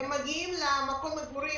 הם מגיעים למקום מגורים